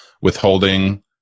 withholding